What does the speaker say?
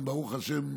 ברוך השם,